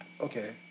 Okay